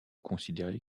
considéré